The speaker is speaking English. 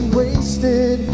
wasted